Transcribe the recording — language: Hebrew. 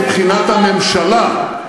מבחינת הממשלה,